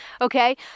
Okay